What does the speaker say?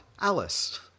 Alice